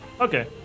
Okay